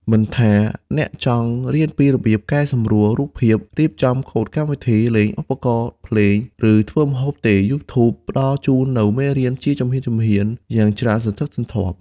មិនថាអ្នកចង់រៀនពីរបៀបកែសម្រួលរូបភាព រៀបចំកូដកម្មវិធី លេងឧបករណ៍ភ្លេង ឬធ្វើម្ហូបទេ YouTube ផ្តល់ជូននូវមេរៀនជាជំហានៗយ៉ាងច្រើនសន្ធឹកសន្ធាប់។